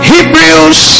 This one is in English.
Hebrews